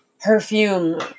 perfume